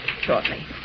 shortly